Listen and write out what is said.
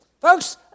Folks